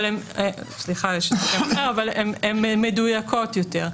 אבל הן מדויקות יותר.